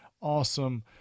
awesome